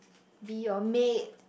be your maid